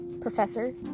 professor